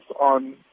on